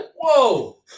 whoa